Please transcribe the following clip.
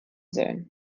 sein